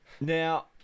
Now